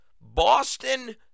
Boston